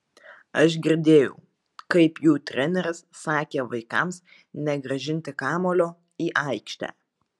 aš girdėjau kaip jų treneris sakė vaikams negrąžinti kamuolio į aikštę